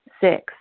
Six